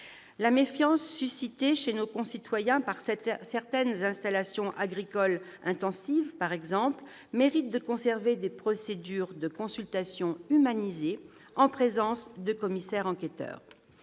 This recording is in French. La méfiance suscitée chez nos concitoyens par certaines installations agricoles intensives, par exemple, nécessite que l'on conserve des procédures de consultation humanisées, en présence des commissaires enquêteurs.